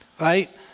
Right